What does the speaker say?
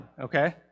okay